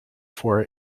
for